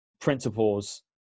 principles